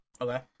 Okay